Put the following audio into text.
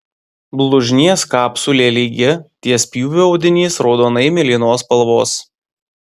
blužnies kapsulė lygi ties pjūviu audinys raudonai mėlynos spalvos